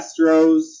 Astros